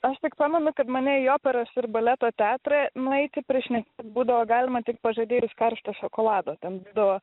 aš tik pamenu kad mane į operos ir baleto teatrą nueiti prišne būdavo galima tik pažadėjus karšto šokolado ten būdavo